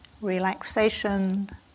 relaxation